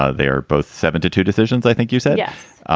ah they're both seventy two decisions. i think you said yes.